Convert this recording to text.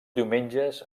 diumenges